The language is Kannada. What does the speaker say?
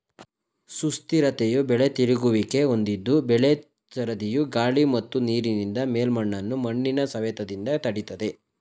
ಸುಸ್ಥಿರತೆಯು ಬೆಳೆ ತಿರುಗುವಿಕೆ ಹೊಂದಿದ್ದು ಬೆಳೆ ಸರದಿಯು ಗಾಳಿ ಮತ್ತು ನೀರಿನಿಂದ ಮೇಲ್ಮಣ್ಣನ್ನು ಮಣ್ಣಿನ ಸವೆತದಿಂದ ತಡಿತದೆ